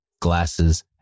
glasses